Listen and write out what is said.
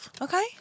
Okay